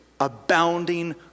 abounding